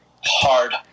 Hard